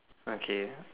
okay